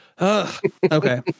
Okay